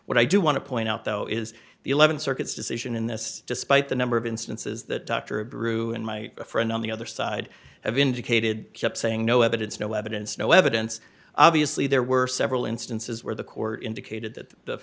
what i do want to point out though is the th circuit's decision in this despite the number of instances that dr drew and my friend on the other side of indicated kept saying no evidence no evidence no evidence obviously there were several instances where the court indicated that the